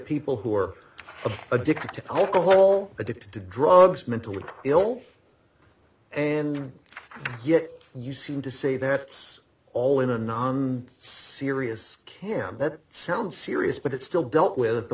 people who are addicted to alcohol addicted to drugs mentally ill and yet you seem to say that it's all in a non serious camp that sounds serious but it's still dealt with at the